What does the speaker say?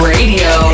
Radio